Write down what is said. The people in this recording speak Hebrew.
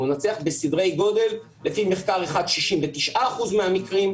הוא מנצח לפי מחקר אחד ב-69% מהמקרים,